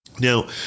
Now